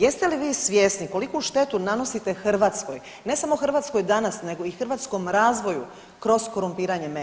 Jeste li vi svjesni koliku štetu nanosite Hrvatskoj, ne samo Hrvatskoj danas, nego i hrvatskom razvoju kroz korumpiranje medija?